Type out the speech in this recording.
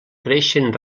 creixen